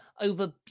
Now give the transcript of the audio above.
over